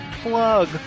plug